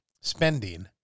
spending